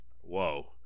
Whoa